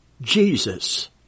Jesus